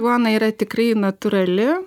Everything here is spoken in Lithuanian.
duona yra tikrai natūrali